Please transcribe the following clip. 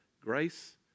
grace